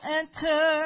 enter